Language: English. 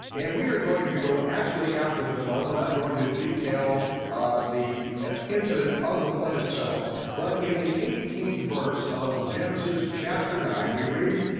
and we are going to go actually after the flood, we're not going to detail the ah incident of the flood itself but in the eighteenth verse of genesis chapter nine, we read,